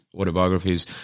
autobiographies